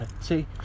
See